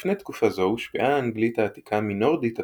לפני תקופה זו הושפעה האנגלית העתיקה מנורדית עתיקה,